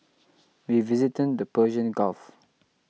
we visited the Persian Gulf